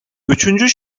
üçüncü